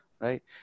right